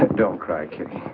don't cry carrie